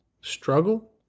struggle